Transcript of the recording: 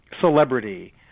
Celebrity